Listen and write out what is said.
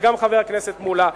וגם חבר הכנסת מולה,